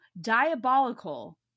diabolical